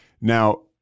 now